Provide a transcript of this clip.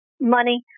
money